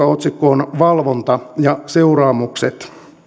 otsikko on valvonta ja seuraamukset